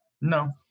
no